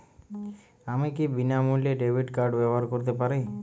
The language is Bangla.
আমি কি বিনামূল্যে ডেবিট কার্ড ব্যাবহার করতে পারি?